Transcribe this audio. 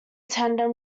tandem